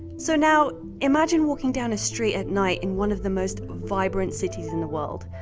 so now, imagine walking down a street at night, in one of the most vibrant cities in the world,